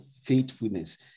faithfulness